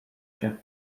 się